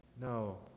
No